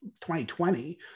2020